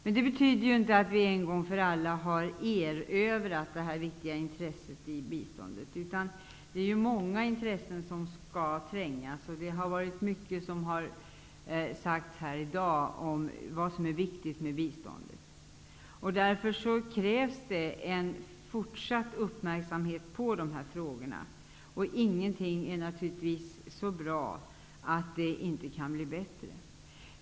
Men det betyder inte att vi en gång för alla har erövrat det här viktiga intresset i biståndet. Många intressen trängs, och mycket har sagts här i dag om vad som är viktigt i fråga om biståndet. Således krävs det fortsatt uppmärksamhet på de här frågorna. Ingenting är, naturligtvis, så bra att det inte kan bli bättre.